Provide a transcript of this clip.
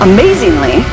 Amazingly